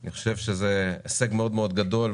אני חושב שזה הישג מאוד מאוד גדול.